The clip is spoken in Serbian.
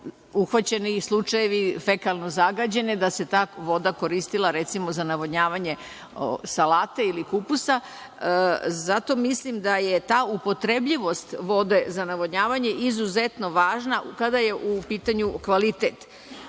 uhvaćeni slučajevi fekalne zagađenosti i da se ta voda koristila, recimo za navodnjavanje salate ili kupusa. Zato mislim da je ta upotrebljivost vode za navodnjavanje izuzetno važna kada je u pitanju kvalitet. Podsetiću